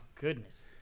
goodness